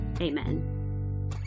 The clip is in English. amen